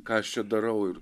ką aš čia darau ir